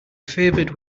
favored